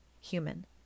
human